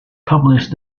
published